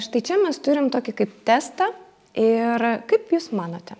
štai čia mes turim tokį kaip testą ir kaip jūs manote